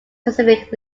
pacific